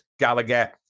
Gallagher